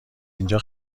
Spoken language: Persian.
اینجا